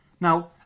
Now